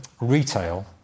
retail